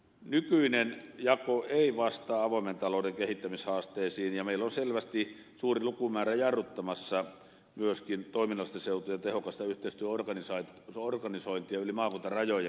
nykyinen jako ei vastaa avoimen talouden kehittämishaasteisiin ja meillä on selvästi suuri lukumäärä jarruttamassa myöskin toiminnallista seutu ja tehokasta yhteistyöorganisointia yli maakuntarajojen